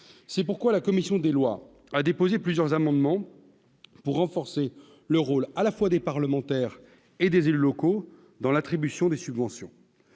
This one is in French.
c'est pourquoi la commission des lois a déposé plusieurs amendements pour renforcer le rôle à la fois des parlementaires et des élus locaux dans l'attribution des subventions